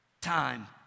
Time